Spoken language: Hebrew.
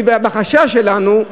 את החשש שלנו.